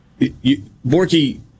Borky